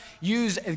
use